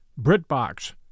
BritBox